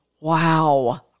wow